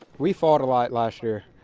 we fought a lot last year.